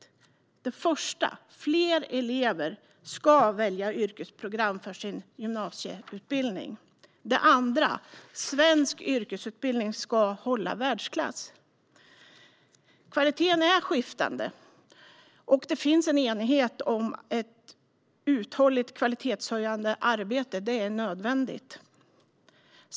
För det första ska fler elever välja yrkesprogram som sin gymnasieutbildning. För det andra ska svensk yrkesutbildning hålla världsklass. Kvaliteten är skiftande. Det råder enighet om att ett uthålligt kvalitetshöjande arbete är nödvändigt.